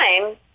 time